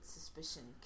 suspicion